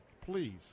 please